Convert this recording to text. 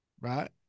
right